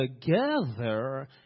together